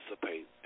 participate